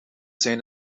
zijn